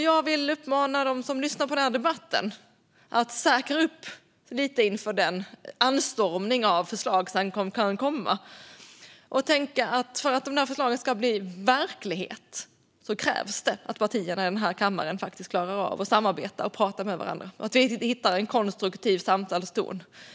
Jag vill uppmana dem som lyssnar på denna debatt att säkra upp lite grann inför den anstormning av förslag som kan komma och tänka att för att dessa förslag ska bli verklighet krävs det att partierna i denna kammare faktiskt klarar av att samarbeta och prata med varandra och hittar en konstruktiv samtalston.